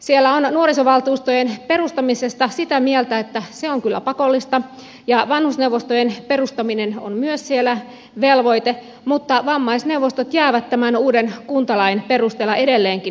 siellä ollaan nuorisovaltuustojen perustamisesta sitä mieltä että se on kyllä pakollista ja vanhusneuvostojen perustaminen on myös siellä velvoite mutta vammaisneuvostot jäävät tämän uuden kuntalain perusteella edelleenkin harkinnanvaraisiksi